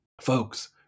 Folks